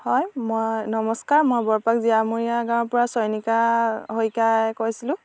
হয় মই নমস্কাৰ মই বৰপাক জীয়ামৰীয়া গাঁৱৰপৰা চয়নিকা শইকীয়াই কৈছিলোঁ